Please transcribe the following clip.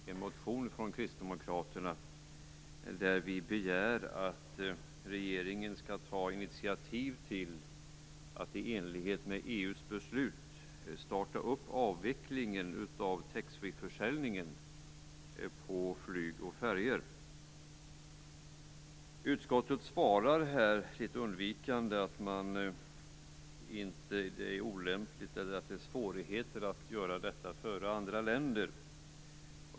I en motion från kristdemokraterna begär vi att regeringen skall ta initiativ att i enlighet med EU:s beslut starta avvecklingen av taxfreeförsäljningen på flyg och färjor. Utskottet svarar litet undvikande att det finns svårigheter att göra detta före andra länder.